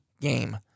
game